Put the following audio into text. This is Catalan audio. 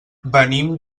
venim